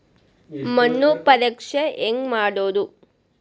ಮಣ್ಣು ಪರೇಕ್ಷೆ ಹೆಂಗ್ ಮಾಡೋದು?